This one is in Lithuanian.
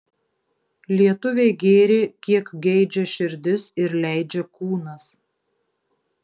lietuviai gėrė kiek geidžia širdis ir leidžia kūnas